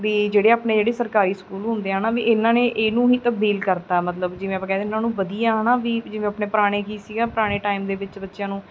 ਵੀ ਜਿਹੜੇ ਆਪਣੇ ਜਿਹੜੇ ਸਰਕਾਰੀ ਸਕੂਲ ਹੁੰਦੇ ਆ ਨਾ ਵੀ ਇਹਨਾਂ ਨੇ ਇਹਨੂੰ ਹੀ ਤਬਦੀਲ ਕਰਤਾ ਮਤਲਬ ਜਿਵੇਂ ਆਪਾਂ ਕਹਿ ਦਿੰਦੇ ਉਹਨੂੰ ਵਧੀਆ ਹੈ ਨਾ ਵੀ ਜਿਵੇਂ ਆਪਣੇ ਪੁਰਾਣੇ ਕੀ ਸੀਗਾ ਪੁਰਾਣੇ ਟਾਈਮ ਦੇ ਵਿੱਚ ਬੱਚਿਆਂ ਨੂੰ